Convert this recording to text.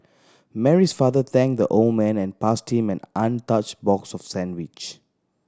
Mary's father thanked the old man and passed him an untouched box of sandwich